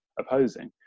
opposing